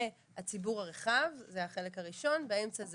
מהציבור הרחב, זה החלק הראשון, באמצע זה